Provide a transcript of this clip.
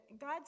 God